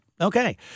okay